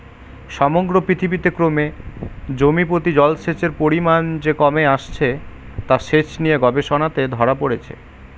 সমগ্র পৃথিবীতে ক্রমে জমিপ্রতি জলসেচের পরিমান যে কমে আসছে তা সেচ নিয়ে গবেষণাতে ধরা পড়েছে